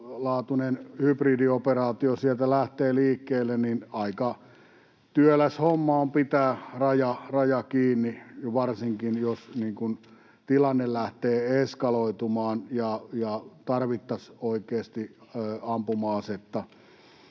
jos isolaatuinen hybridioperaatio sieltä lähtee liikkeelle, niin aika työläs homma on pitää raja kiinni, varsinkin, jos tilanne lähtee eskaloitumaan ja tarvittaisiin oikeasti ampuma-asetta.